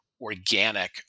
organic